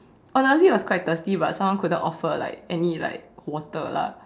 honestly I was quite thirsty but someone couldn't offer like any like water lah